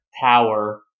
power